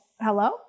hello